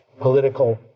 political